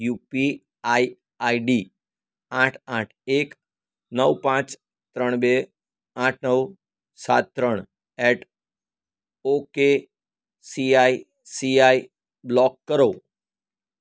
UPI ID આઠ આઠ એક નવ પાંચ ત્રણ બે આઠ નવ સાત ત્રણ at okay ICICI block કરો